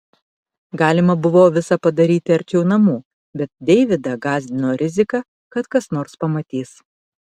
galima buvo visa padaryti arčiau namų bet deividą gąsdino rizika kad kas nors pamatys